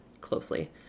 closely